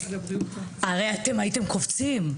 הרי אתם הייתם קופצים.